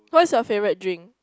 what's your favourite drink